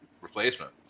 replacement